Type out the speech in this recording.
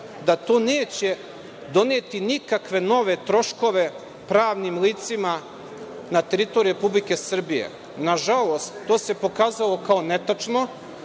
da to neće doneti nikakve nove troškove pravnim licima na teritoriji Republike Srbije. Nažalost, to se pokazalo kao netačno,